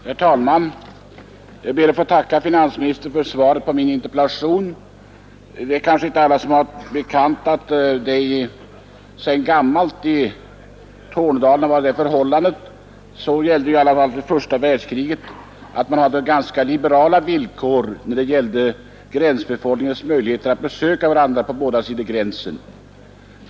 Herr talman! Jag ber att få tacka finansministern för svaret på min interpellation. Alla har sig kanske inte bekant att det sedan gammalt i Tornedalen — det gällde i alla fall fram till första världskriget — har varit ganska liberala villkor för gränsbefolkningen att göra besök på båda sidor om gränsen.